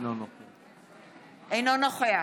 אינו נוכח